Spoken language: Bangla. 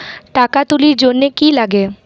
টাকা তুলির জন্যে কি লাগে?